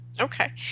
Okay